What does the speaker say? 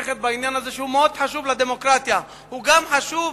שהוא מאוד חשוב לדמוקרטיה, הוא גם חשוב